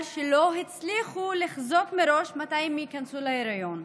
שלא הצליחו לחזות מראש מתי הן ייכנסו להיריון.